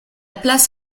place